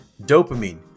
dopamine